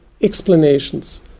explanations